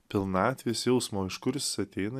pilnatvės jausmo iš kur jis ateina